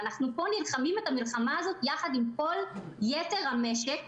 ואנחנו פה נלחמים את המלחמה הזאת יחד עם כל יתר המשק,